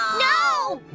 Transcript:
no!